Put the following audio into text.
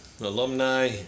alumni